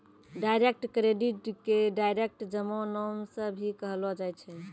direct credit के direct जमा नाम से भी कहलो जाय छै